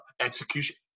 execution